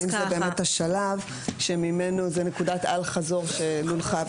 האם זה באמת השלב ממנו זאת נקודת אל חזור שלול חייב